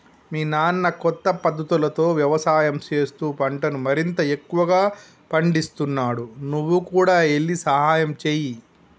మీ నాన్న కొత్త పద్ధతులతో యవసాయం చేస్తూ పంటను మరింత ఎక్కువగా పందిస్తున్నాడు నువ్వు కూడా ఎల్లి సహాయంచేయి